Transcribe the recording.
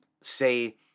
say